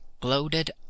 gloated